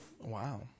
Wow